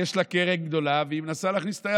יש לה קרן גדולה והיא מנסה להכניס את היד